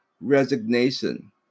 resignation